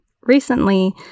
Recently